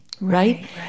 Right